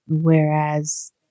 whereas